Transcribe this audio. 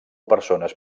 persones